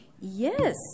Yes